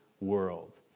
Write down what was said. world